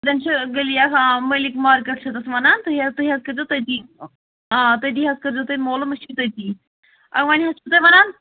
تتٮ۪ن چھِ گٔلی اَکھ آ مٔلِک مارکیٹ چھِ تَتھ وَنان تُہۍ حظ تُہۍ حظ کٔرۍزیٚو تٔتی آ تٔتی حظ کٔرۍزیٚو تُہۍ مولوٗم أسۍ چھِ تٔتی آ وۅنۍ حظ چھُو تُہۍ وَنان